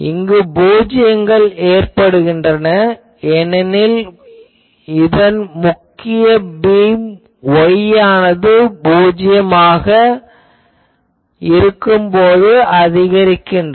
இங்கு பூஜ்யங்கள் ஏற்படுகின்றன ஏனெனில் இதன் முக்கிய பீம் Y ஆனது '0' ஆகும் போது அதிகரிக்கிறது